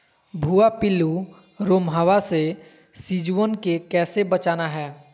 भुवा पिल्लु, रोमहवा से सिजुवन के कैसे बचाना है?